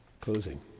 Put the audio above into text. Closing